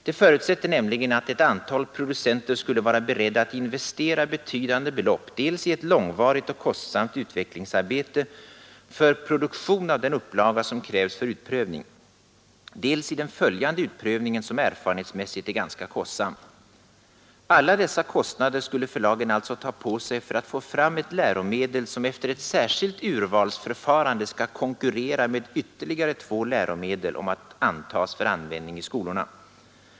Det förutsätter nämligen att ett antal producenter skulle vara beredda att investera betydande belopp dels i ett långvarigt och kostsamt utvecklingsarbete för produktion av den upplaga som krävs för utprövning, dels i den följande utprövningen som erfarenhetsmässigt är ganska kostsam. Alla dessa kostnader skulle förlagen alltså ta på sig för att få fram ett läromedel som efter ett särskilt urvalsförfarande skall konkurrera med ytterligare två läromedel om att antas för användning i skolorna.